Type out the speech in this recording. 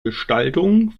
gestaltung